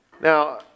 Now